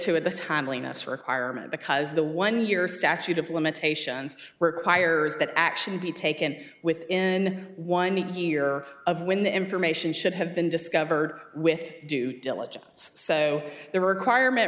it the timeliness requirement because the one year statute of limitations requires that action be taken within one year of when the information should have been discovered with due diligence so the requirement